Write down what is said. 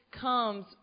comes